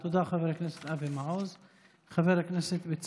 תודה, חבר הכנסת אבי מעוז.